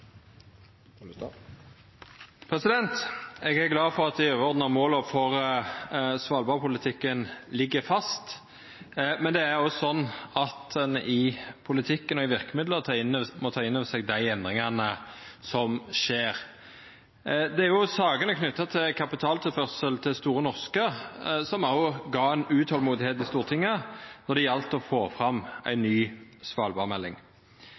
: Eg er glad for at dei overordna måla for Svalbard-politikken ligg fast, men det er òg sånn at ein i politikken og i verkemidla må ta inn over seg dei endringane som skjer. Det var sakene knytte til kapitaltilførsel til Store Norske som gav eit utolmod i Stortinget når det gjaldt å få fram ei